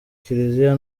kiliziya